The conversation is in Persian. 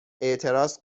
اعتراض